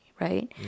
right